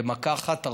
במכה אחת,